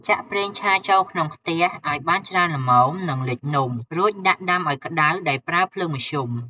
ចាក់ ប្រេងឆា ចូលក្នុងខ្ទះឱ្យបានច្រើនល្មម និងលិចនំ រួចដាក់ដាំឱ្យក្ដៅដោយប្រើភ្លើងមធ្យម។